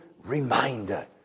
reminder